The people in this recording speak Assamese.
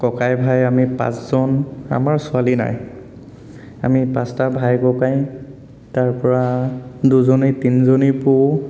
ককাই ভাই আমি পাঁচজন আমাৰ ছোৱালী নাই আমি পাঁচটা ভাই ককাই তাৰ পৰা দুজনী তিনিজনী বৌ